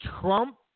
Trump